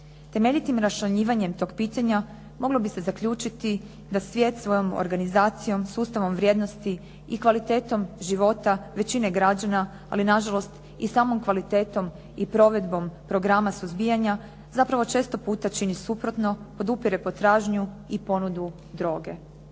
Temeljitim raščlanjivanjem tog pitanja moglo bi se zaključiti da svijet svojom organizacijom, sustavom vrijednosti i kvalitetom života većine građana, ali na žalost i samom kvalitetom i provedbom programa suzbijanja zapravo često puta čini suprotno, podupire potražnju i ponudu droge.